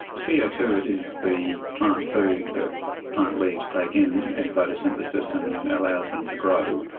c o two is the plant food that plant leaves take in in photosynthesis, and allows them to grow.